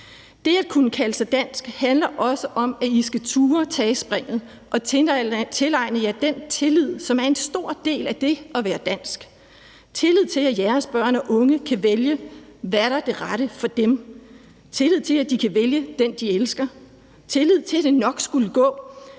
Det at kunne kalde sig dansk handler også om, at I skal turde tage springet og tilegne jer den tillid, som er en stor del af det at være dansk: tillid til, at jeres børn og unge kan vælge, hvad der er det rette for dem; tillid til, at de kan vælge den, de elsker; tillid til, at det nok skulle gå,